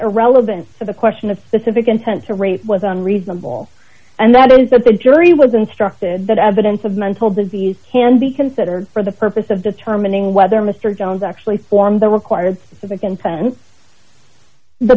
irrelevant to the question of specific intent to rape was unreasonable and that is that the jury was instructed that evidence of mental disease can be considered for the purpose of determining whether mr jones actually form the require